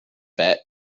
bat